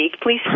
Please